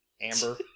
amber